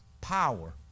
Power